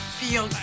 feel